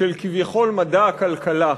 של כביכול מדע הכלכלה.